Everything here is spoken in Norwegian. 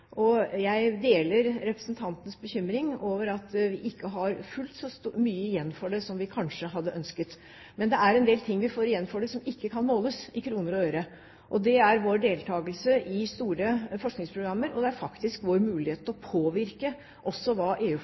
og jeg deler representantens bekymring over at vi ikke har fullt så mye igjen for det som vi kanskje hadde ønsket. Men det er en del ting vi får igjen for det som ikke kan måles i kroner og øre. Det er vår deltakelse i store forskningsprogrammer, og det er vår mulighet til å påvirke også hva